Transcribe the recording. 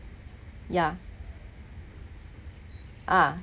yeah ah